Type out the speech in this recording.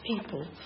people